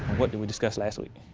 what did we discuss last week?